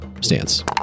stance